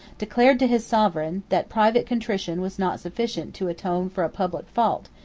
declared to his sovereign, that private contrition was not sufficient to atone for a public fault,